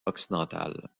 occidentale